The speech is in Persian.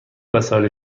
وسایل